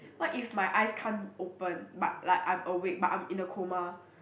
what if my eyes can't open but like I'm awake but I'm in a coma